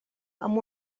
amb